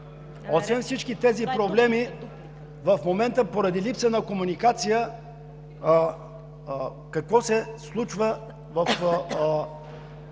освен всички тези проблеми, в момента поради липса на комуникация какво се случва в